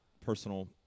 personal